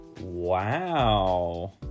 Wow